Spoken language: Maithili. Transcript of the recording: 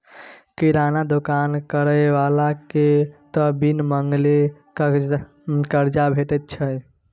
किराना दोकान करय बलाकेँ त बिन मांगले करजा भेटैत छै